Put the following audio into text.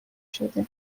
شده